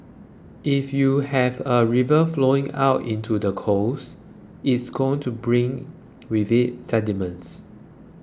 if you have a river flowing out into the coast it's going to bring with it sediments